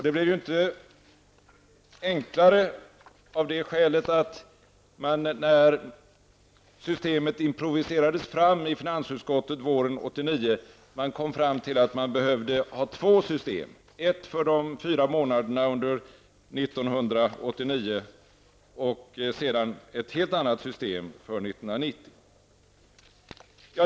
Det blev inte enklare av att man när systemet improviserades fram i finansutskottet våren 1989 kom fram till att man behövde ha två system, ett för de fyra månaderna under 1989 och ett helt annat system för 1990.